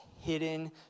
hidden